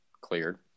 cleared